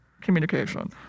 communication